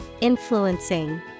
influencing